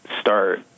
start